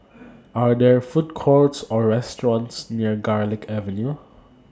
Are There Food Courts Or restaurants near Garlick Avenue